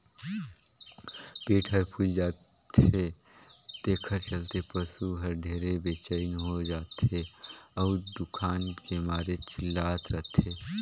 पेट हर फूइल जाथे तेखर चलते पसू हर ढेरे बेचइन हो जाथे अउ दुखान के मारे चिल्लात रथे